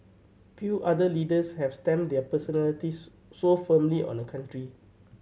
few other leaders have stamped their personalities so firmly on a country